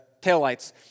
taillights